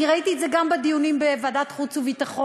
אני ראיתי את זה גם בדיונים בוועדת חוץ וביטחון,